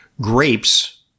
grapes